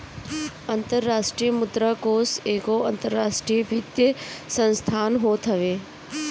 अंतरराष्ट्रीय मुद्रा कोष एगो अंतरराष्ट्रीय वित्तीय संस्थान होत हवे